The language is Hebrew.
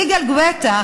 יגאל גואטה,